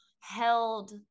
held